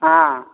हँ